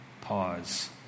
pause